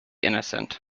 innocent